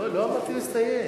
לא אמרתי שהוא הסתיים.